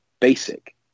basic